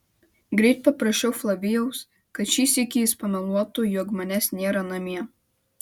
greit paprašiau flavijaus kad šį sykį jis pameluotų jog manęs nėra namie